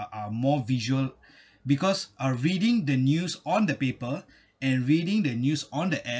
are more visual because uh reading the news on the paper and reading the news on the air